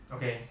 Okay